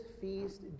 feast